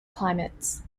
climates